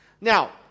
Now